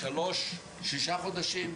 שישה חודשים,